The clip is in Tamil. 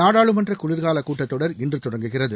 நாடாளுமன்ற குளிர்காலக் கூட்டத் தொடர் இன்று தொடங்குகிறது